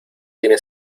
tiene